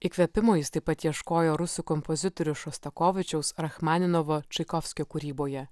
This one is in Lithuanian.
įkvėpimo jis taip pat ieškojo rusų kompozitorius šostakovičiaus rachmaninovo čaikovskio kūryboje